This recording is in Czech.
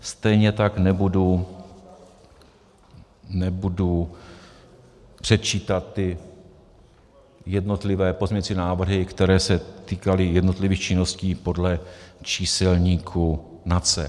Stejně tak nebudu předčítat ty jednotlivé pozměňující návrhy, které se týkaly jednotlivých činností podle číselníku NACE.